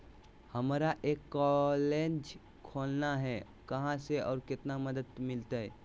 हमरा एक कॉलेज खोलना है, कहा से और कितना मदद मिलतैय?